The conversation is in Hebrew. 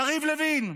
יריב לוין,